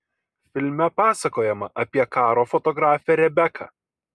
filme pasakojama apie karo fotografę rebeką